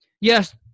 Yes